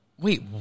Wait